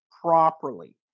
properly